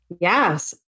Yes